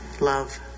Love